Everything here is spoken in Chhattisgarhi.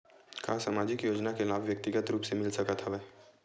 का सामाजिक योजना के लाभ व्यक्तिगत रूप ले मिल सकत हवय?